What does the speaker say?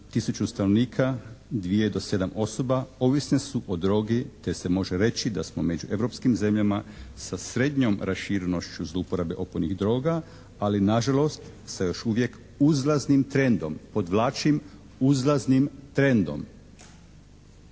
tisuću stanovnika, dvije do sedam osoba ovisne su o drogi te se može reći da smo među europskim zemljama sa srednjom raširenošću zlouporabe opojnih droga, ali na žalost sa još uvijek uzlaznim trendom, podvlačim uzlaznim trendom.